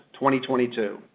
2022